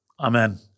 Amen